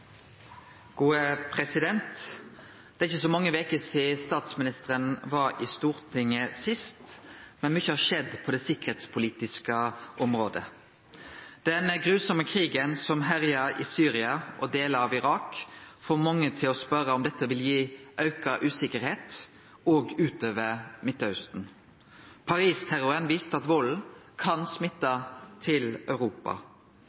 ikkje så mange veker sidan statsministeren var i Stortinget sist, men mykje har skjedd på det sikkerheitspolitiske området. Den grufulle krigen som herjar i Syria og i delar av Irak, får mange til å spørje om dette vil gi auka usikkerheit òg utover i Midtausten. Paris-terroren viste at volden kan smitte til Europa.